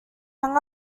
hung